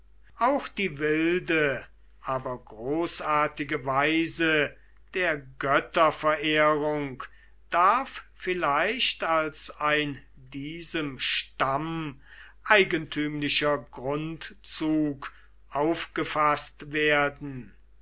auch die wilde aber großartige weise der götterverehrung darf vielleicht als ein diesem stamm eigentümlicher grundzug aufgefaßt werden